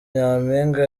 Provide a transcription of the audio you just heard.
nyampinga